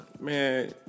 man